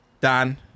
Dan